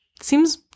seems